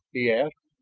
he asked.